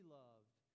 loved